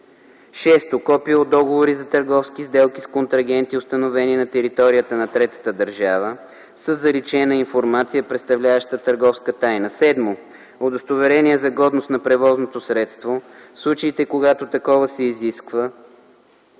6. копие от договори за търговски сделки с контрагенти, установени на територията на третата държава, със заличена информация, представляваща търговска тайна; 7. удостоверение за годност на превозното средство, в случаите когато такова се изисква,